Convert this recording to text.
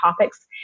topics